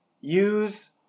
use